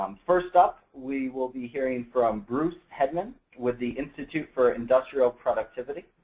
um first up, we will be hearing from bruce hedman with the institute for industrial productivity